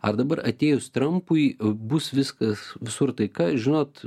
ar dabar atėjus trampui bus viskas visur taika žinot